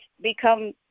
become